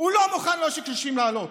הוא לא מוכן לתת לעושק קשישים לעלות.